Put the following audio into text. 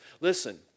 Listen